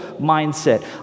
mindset